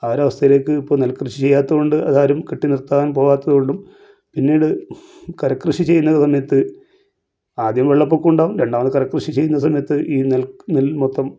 ആ ഒരവസ്ഥയിലേക്ക് ഇപ്പോൾ നെൽക്കൃഷി ചെയ്യാത്ത കൊണ്ട് അതാരും കെട്ടി നിർത്താൻ പോകാത്ത കൊണ്ടും പിന്നീട് കരക്കൃഷി ചെയ്യുന്ന സമയത്ത് ആദ്യം വെള്ളപ്പൊക്കം ഉണ്ടാകും രണ്ടാമത് കരക്കൃഷി ചെയ്യുന്ന സമയത്ത് ഈ നെൽ നെൽ മൊത്തം